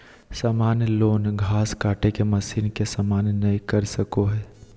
सामान्य लॉन घास काटे के मशीन के सामना नय कर सको हइ